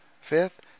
Fifth